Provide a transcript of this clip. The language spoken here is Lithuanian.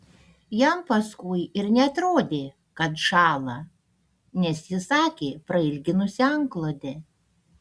jam paskui ir neatrodė kad šąla nes ji sakė prailginusi antklodę